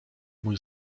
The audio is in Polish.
mój